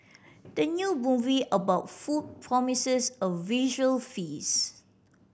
the new movie about food promises a visual feast